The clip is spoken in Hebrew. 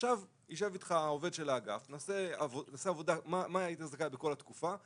יישב איתך העובד של האגף ויברר למה היית זכאי בכל התקופה,